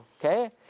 Okay